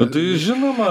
tai žinoma